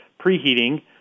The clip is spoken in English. preheating